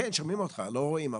כן, שומעים והנה רואים גם,